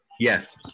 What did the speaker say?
Yes